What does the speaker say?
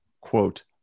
quote